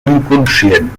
inconscient